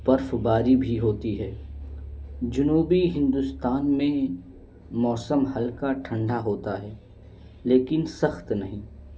برف باری بھی ہوتی ہے جنوبی ہندوستان میں موسم ہلکا ٹھنڈا ہوتا ہے لیکن سخت نہیں